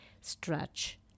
stretch